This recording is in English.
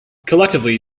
collectively